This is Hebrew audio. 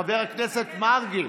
חבר הכנסת מרגי,